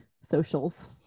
socials